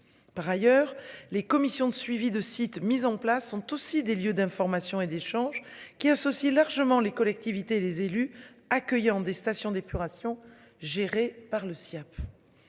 par ailleurs les commissions de suivi de site mises en place ont aussi des lieux d'information et d'échange qui associent largement les collectivités les élus accueillant des stations d'épuration gérée par le Siaap.